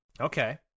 Okay